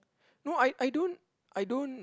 no I I don't I don't